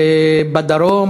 לדרום,